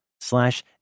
slash